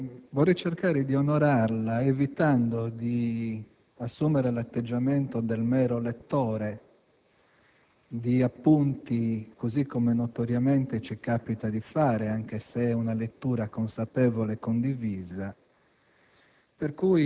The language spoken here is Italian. toni decisamente non noiosi, evitando di assumere l'atteggiamento del mero lettore di appunti, così come notoriamente ci capita di fare, anche se è una lettura consapevole e condivisa.